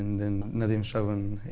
then nadeem-shravan,